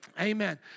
Amen